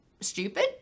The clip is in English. stupid